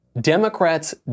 Democrats